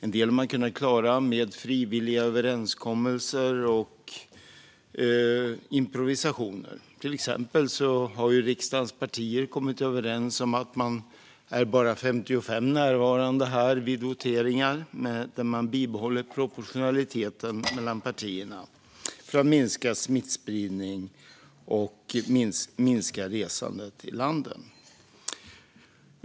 En del har man klarat med frivilliga överenskommelser och improvisation; till exempel har riksdagens partier kommit överens om att det bara är 55 ledamöter närvarande vid voteringar. Då bibehåller man proportionaliteten mellan partierna men minskar smittspridningen och resandet i landet.